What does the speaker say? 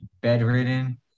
bedridden